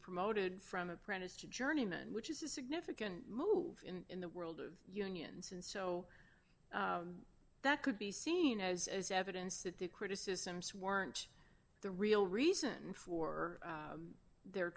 promoted from apprentice to journeyman which is a significant move in the world of unions and so that could be seen as evidence that the criticisms weren't the real reason for their